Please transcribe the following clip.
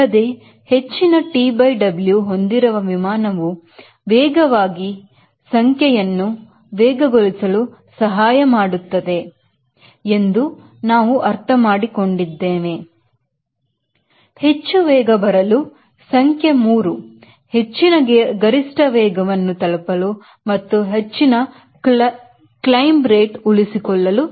ಅಲ್ಲದೆ ಹೆಚ್ಚಿನ TW ಹೊಂದಿರುವ ವಿಮಾನವು ವೇಗವಾಗಿ ಸಂಖ್ಯಾ ಅನ್ನು ವೇಗಗೊಳಿಸಲು ಸಹಾಯ ಮಾಡುತ್ತದೆ ಎಂದು ನಾವು ಅರ್ಥ ಮಾಡಿಕೊಂಡಿದ್ದೇನೆ ಅರ್ಥಮಾಡಿಕೊಂಡಿದ್ದೇನೆ ಹೆಚ್ಚು ವೇಗ ಏರಲು ಸಂಖ್ಯೆ 3 ಹೆಚ್ಚಿನ ಗರಿಷ್ಠ ವೇಗವನ್ನು ತಲುಪಲು ಮತ್ತು ಹೆಚ್ಚಿನ Climb rate ಉಳಿಸಿಕೊಳ್ಳಲು